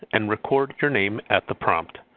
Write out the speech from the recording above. and record your name at the prompt.